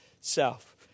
self